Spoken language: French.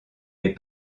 les